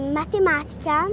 matematica